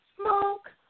smoke